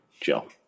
Joe